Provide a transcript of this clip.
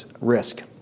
risk